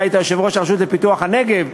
אתה היית יושב-ראש הרשות לפיתוח הנגב.